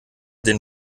den